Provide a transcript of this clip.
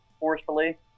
forcefully